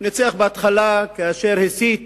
ניצח בהתחלה, כאשר הסית